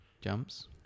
jumps